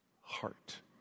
heart